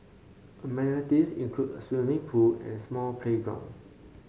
amenities include a swimming pool and small playground